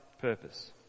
purpose